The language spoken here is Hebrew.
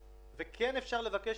על האספקות של חודשים ינואר-פברואר-מרס.